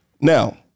Now